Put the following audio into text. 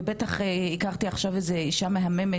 ובטח הכרתי עכשיו איזו אישה מהממת,